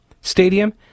Stadium